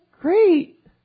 great